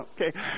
Okay